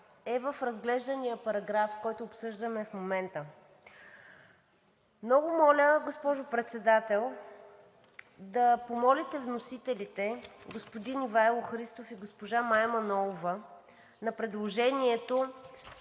е в разглеждания параграф, който обсъждаме в момента. Много моля, госпожо Председател, да помолите вносителите – господин Ивайло Христов и госпожа Мая Манолова, на предложението